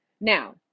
Now